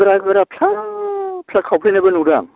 गोरा गोरा फिसा फिसा खावफ्लेनायबो नुदां